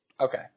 Okay